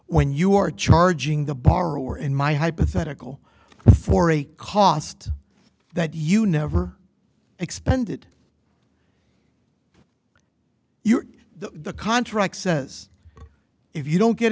when you are charging the borrower in my hypothetical for a cost that you never expended your the contract says if you don't get